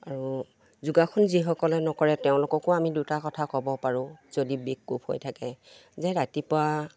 আৰু যোগাসন যিসকলে নকৰে তেওঁলোককো আমি দুটা কথা ক'ব পাৰোঁ যদি বিষ কোফ হৈ থাকে যে ৰাতিপুৱা